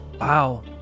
Wow